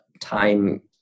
time